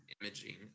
imaging